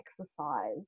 exercise